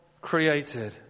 created